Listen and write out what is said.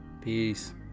Peace